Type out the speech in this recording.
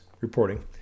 reporting